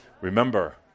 Remember